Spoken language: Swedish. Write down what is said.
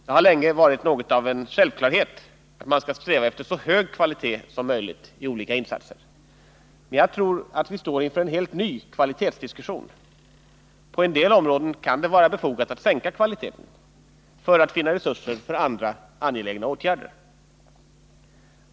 Det har länge varit något av en självklarhet att man skall sträva efter så hög kvalitet som möjligt i olika insatser, men jag tror att vi står inför en helt ny kvalitetsdiskussion — på en del områden kan det vara befogat att sänka kvaliteten för att finna resurser till andra angelägna åtgärder.